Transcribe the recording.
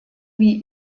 wie